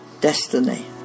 destiny